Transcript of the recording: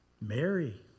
Mary